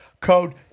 code